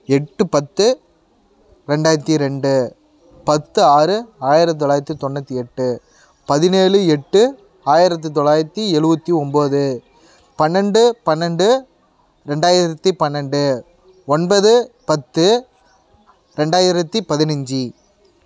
எட்டு பத்து ரெண்டாயிரத்தி ரெண்டு பத்து ஆறு ஆயிரத்தி தொள்ளாயிரத்தி தொண்ணுற்றி எட்டு பதினேழு எட்டு ஆயிரத்தி தொள்ளாயிரத்தி எழுபத்தி ஒம்போது பன்னெண்டு பன்னெண்டு ரெண்டாயிரத்தி பன்னெண்டு ஒன்பது பத்து ரெண்டாயிரத்தி பதினஞ்சு